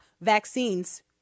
vaccines